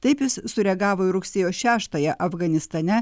taip jis sureagavo į rugsėjo šeštąją afganistane